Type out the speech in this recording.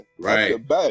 right